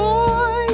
Boy